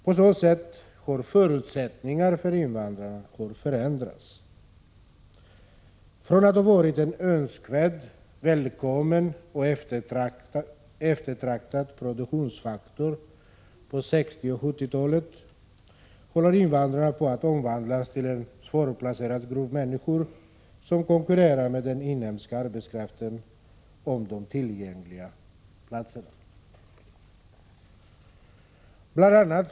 På så sätt har förutsättningarna för invandrarna förändrats. Från att ha varit en önskvärd, välkommen och eftertraktad produktionsfaktor på 60 och 70-talet håller invandrarna på att omvandlas till en svårplacerad grupp människor, som konkurrerar med den inhemska arbetskraften om de tillgängliga arbetsplatserna.